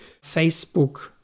Facebook